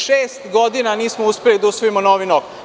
Šest godina nismo uspeli da usvojimo novi NOK.